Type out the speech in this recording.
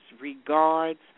regards